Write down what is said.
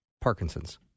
Parkinson's